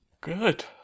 Good